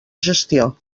gestió